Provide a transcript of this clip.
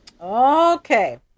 okay